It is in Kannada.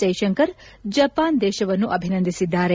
ಜೈಶಂಕರ್ ಜಪಾನ್ ದೇಶವನ್ನು ಅಭಿನಂದಿಸಿದ್ದಾರೆ